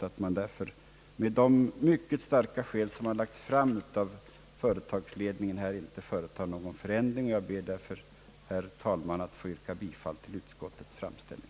Därför bör vi inte, med de mycket starka skäl som anförts av företagsledningen, nu företa någon förändring. Jag ber, herr talman, med dessa ord att få yrka bifall till utskottets förslag.